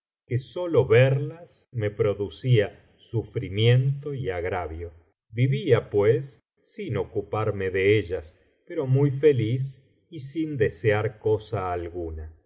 que sólo verlas me producía sufrimiento y agravio vivía pues sin ocuparme de ellas pero muy feliz y sin desear cosa alguna